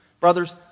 Brothers